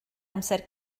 amser